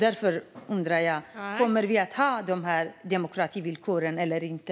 Därför undrar jag om vi kommer att ha demokrativillkor här eller inte.